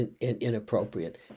inappropriate